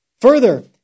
Further